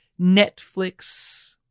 Netflix